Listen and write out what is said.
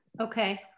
Okay